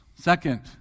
Second